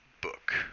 book